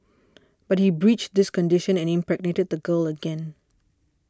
but he breached this condition and impregnated the girl again